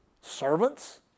servants